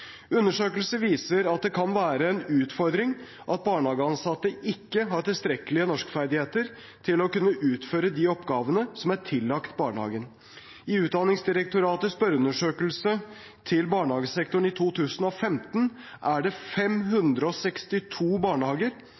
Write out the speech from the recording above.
Undersøkelser viser at det kan være en utfordring at barnehageansatte ikke har tilstrekkelige norskferdigheter til å kunne utføre de oppgavene som er tillagt barnehagen. I Utdanningsdirektoratets spørreundersøkelse til barnehagesektoren i 2015 er det 562 barnehager